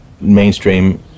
mainstream